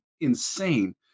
insane